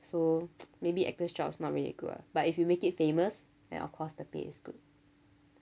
so maybe actors jobs not really good ah but if you make it famous then of course the pay is good